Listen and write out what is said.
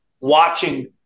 watching